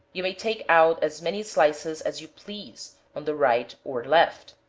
you may take out as many slices as you please, on the right or left.